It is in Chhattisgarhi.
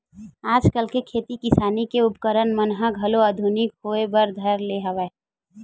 आजकल के खेती किसानी के उपकरन मन ह घलो आधुनिकी होय बर धर ले हवय